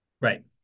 Right